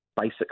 basic